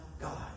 God